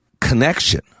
connection